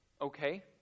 okay